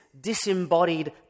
disembodied